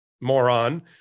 moron